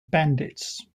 bandits